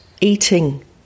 eating